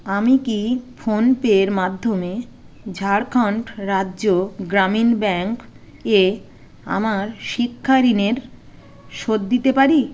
আমি কি ফোনপের মাধ্যমে ঝাড়খণ্ড রাজ্য গ্রামীণ ব্যাঙ্ক এ আমার শিক্ষা ঋণের শোধ দিতে পারি